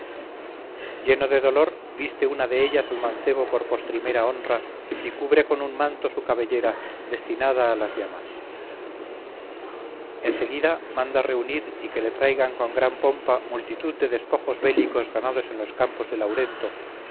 lleno de dolor viste una de ellas al mancebo por postrimera honra y cubre con un manto su cabellera destinada a las llamas en seguida manda reunir y que le traigan con gran pompa multitud de despojos bélicos ganados en los campos de laurento